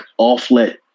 offlet